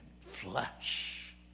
flesh